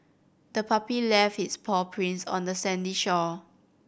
the puppy left its paw prints on the sandy shore